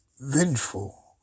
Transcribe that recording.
vengeful